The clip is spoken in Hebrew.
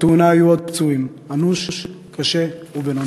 בתאונה היו עוד פצועים, אנוש, קשה ובינוני.